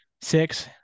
Six